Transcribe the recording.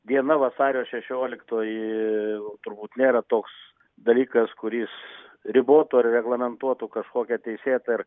diena vasario šešioliktoji turbūt nėra toks dalykas kuris ribotų ar reglamentuotų kažkokią teisėtą ir